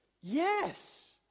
Yes